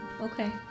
Okay